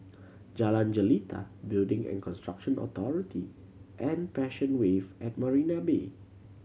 Jalan Jelita Building and Construction Authority and Passion Wave at Marina Bay